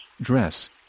dress